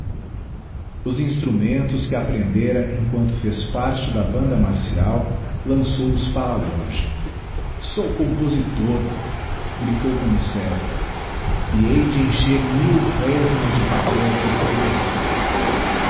os instrumentos que aprendera emquanto fez parte da banda marcial lançou os para longe sou compositor gritou como césar e heide encher mil resmas de papel por força